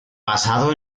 basado